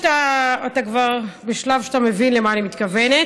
נראה לי שאתה כבר בשלב שאתה מבין למה אני מתכוונת.